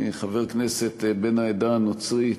חבר כנסת בן העדה הנוצרית,